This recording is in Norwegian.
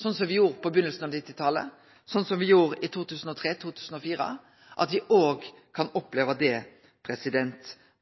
sånn som me gjorde på byrjinga av 1990-talet, sånn som me gjorde i 2003–2004, og at me òg kan oppleve det